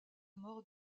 mort